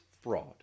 fraud